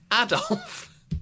Adolf